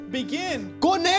begin